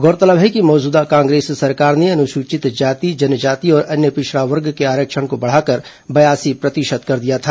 गौरतलब है कि मौजूदा कांग्रेस सरकार ने अनुसूचित जाति जनजाति और अन्य पिछड़ा वर्ग के आरक्षण को बढ़ाकर बयासी प्रतिशत कर दिया था